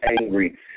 angry